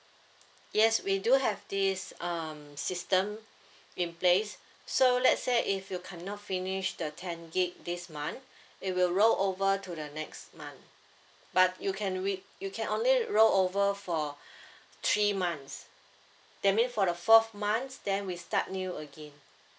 yes we do have this um system in place so let's say if you cannot finish the ten gig this month it will roll over to the next month but you can re~ you can only roll over for three months that mean for the fourth month then we start new again